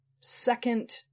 second